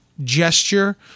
gesture